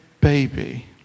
baby